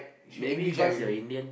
she angry jet with me